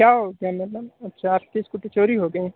क्या हो गया मैडम अच्छा आपकी स्कूटी चोरी हो गई